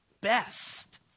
best